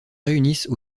réunissent